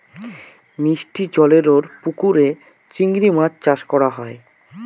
মিষ্টি জলেরর পুকুরে চিংড়ি মাছ চাষ করা হয়